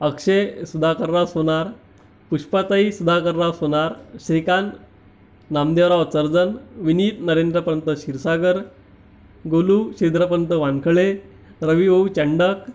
Akshay Sudharakarrao Sonar Pushpatai Sudhakarrao Sonar Shrikant Namdevrao Charjan Vineet Narendrapant Kshirsagar Golu Khidrapant Wankhale Ravibhau Chandak